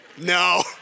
No